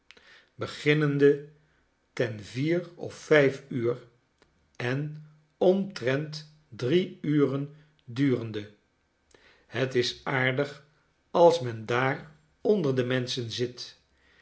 beginnende ten vier of vijf uur en omtrent drie uren durende het is aardig als men daar onder de menschen zit